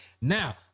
now